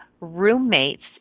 roommates